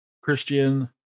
Christian